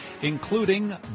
including